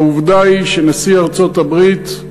העובדה היא שנשיא ארצות הברית,